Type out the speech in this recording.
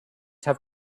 have